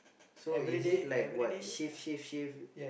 so is it like shift shift shift